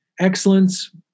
excellence